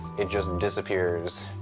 it just disappears.